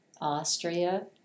Austria